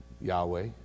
Yahweh